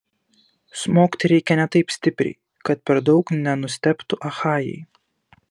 smogti reikia ne taip stipriai kad per daug nenustebtų achajai